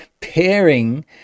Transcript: Pairing